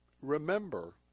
remember